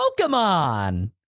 Pokemon